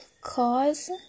cause